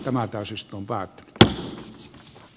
tämä täysistuntoa q keskeytetään